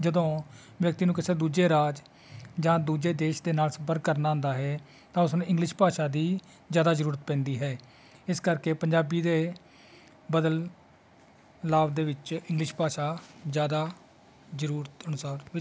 ਜਦੋਂ ਵਿਅਕਤੀ ਨੂੰ ਕਿਸੇ ਦੂਜੇ ਰਾਜ ਜਾਂ ਦੂਜੇ ਦੇਸ਼ ਦੇ ਨਾਲ ਸੰਪਰਕ ਕਰਨਾ ਹੁੰਦਾ ਹੈ ਤਾਂ ਉਸਨੂੰ ਇੰਗਲਿਸ਼ ਭਾਸ਼ਾ ਦੀ ਜ਼ਿਆਦਾ ਜ਼ਰੂਰਤ ਪੈਂਦੀ ਹੈ ਇਸ ਕਰਕੇ ਪੰਜਾਬੀ ਦੇ ਬਦਲਾਅ ਦੇ ਵਿੱਚ ਇੰਗਲਿਸ਼ ਭਾਸ਼ਾ ਜ਼ਿਆਦਾ ਜ਼ਰੂਰਤ ਅਨੁਸਾਰ